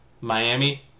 Miami